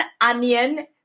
onion